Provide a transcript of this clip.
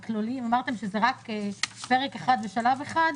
אמרתם שזה רק פרק אחד ושלב אחד.